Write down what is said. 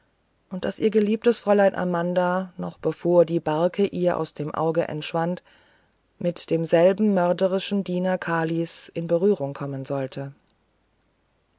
und daß ihr geliebtes fräulein amanda noch bevor die barke ihr aus dem auge entschwand mit demselben mörderischen diener kalis in berührung kommen sollte